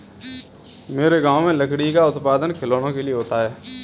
मेरे गांव में लकड़ी का उत्पादन खिलौनों के लिए होता है